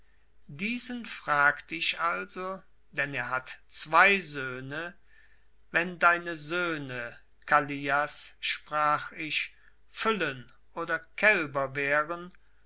diesen fragte ich also denn er hat zwei söhne wenn deine söhne kallias sprach ich füllen oder kälber wären